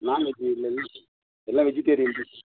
நாண் veg இல்லைல்ல எல்லாம் vegetarian தான்